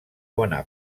bona